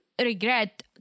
regret